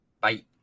Bye